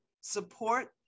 support